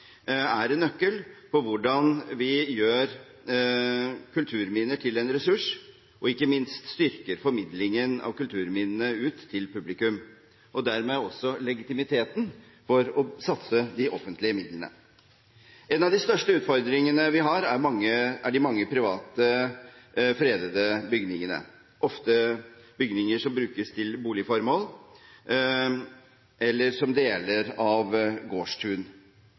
gjør kulturminner til en ressurs, og ikke minst styrker formidlingen av kulturminnene ut til publikum, og dermed også legitimiteten for å satse de offentlige midlene. En av de største utfordringene vi har, er de mange private, fredede bygningene, ofte bygninger som brukes til boligformål, eller som er deler av